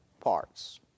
parts